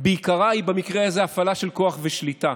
בעיקרה היא במקרה הזה הפעלה של כוח ושליטה,